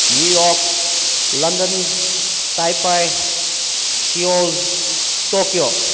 New York London taipei Seoul Tokyo